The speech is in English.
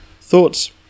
thoughts